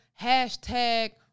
hashtag